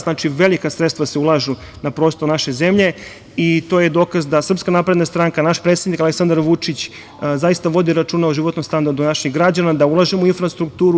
Znači, velika sredstva se ulažu na prostoru naše zemlje i to je dokaz da SNS, naš predsednik Aleksandar Vučić zaista vodi računa o životnom standardu naših građana, da ulažemo u infrastrukturu.